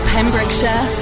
Pembrokeshire